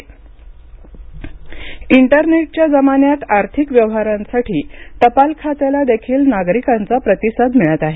ट्टपाल इंटरनेटच्या जमान्यात आर्थिक व्यवहारांसाठी टपाल खात्याला देखील नागरिकांचा प्रतिसाद मिळत आहे